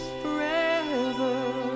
forever